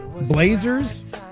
Blazers